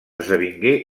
esdevingué